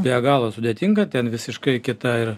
be galo sudėtinga ten visiškai kita ir